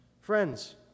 Friends